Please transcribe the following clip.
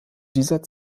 dieser